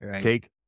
Take